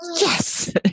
yes